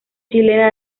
chilena